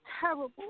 terrible